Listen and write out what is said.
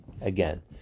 Again